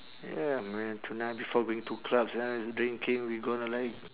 ya man tonight before going to clubs ya drinking we gonna like